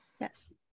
Yes